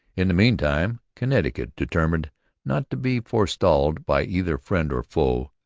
in the meantime connecticut, determined not to be forestalled by either friend or foe,